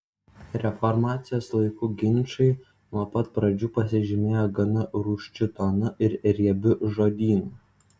reformacijos laikų ginčai nuo pat pradžių pasižymėjo gana rūsčiu tonu ir riebiu žodynu